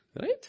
Right